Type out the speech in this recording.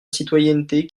citoyenneté